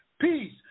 peace